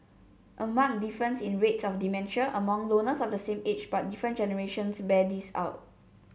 a marked difference in rates of dementia among loners of the same age but different generations bears this out